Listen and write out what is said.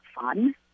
fun